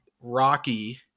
Rocky